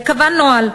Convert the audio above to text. וקבע נוהל.